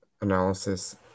analysis